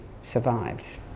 survives